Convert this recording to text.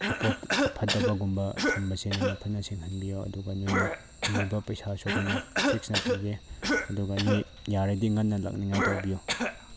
ꯐꯠꯇꯕꯒꯨꯝꯕ ꯊꯝꯕꯁꯦ ꯅꯣꯏꯅ ꯐꯖꯅ ꯁꯦꯡꯍꯟꯕꯤꯌꯣ ꯑꯗꯨꯒ ꯅꯣꯏꯅ ꯅꯤꯕ ꯄꯩꯁꯥꯁꯨ ꯑꯩꯈꯣꯏꯅ ꯐꯤꯛꯁꯇ ꯄꯤꯒꯦ ꯑꯗꯨꯒ ꯅꯣꯏ ꯌꯥꯔꯗꯤ ꯉꯟꯅ ꯂꯥꯛꯅꯤꯡꯉꯥꯏ ꯇꯧꯕꯤꯌꯣ